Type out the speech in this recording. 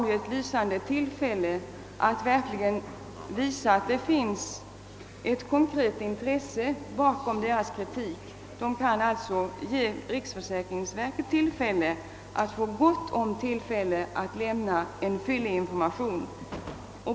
Nu har man en möjlighet att visa att det finns ett konkret intresse bakom kritiken genom att bereda riksförsäkringsverket möjlighet att lämna en fyllig information.